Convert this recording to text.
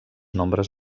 nombres